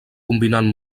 combinant